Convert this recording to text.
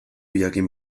jakin